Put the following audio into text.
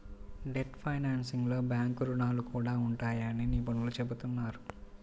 debt ఫైనాన్సింగ్లో bank రుణాలు కూడా ఉంటాయని నిపుణులు చెబుతున్నారు